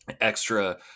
extra